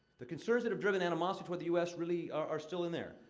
the concerns that have driven animosity toward the u s. really are still in there.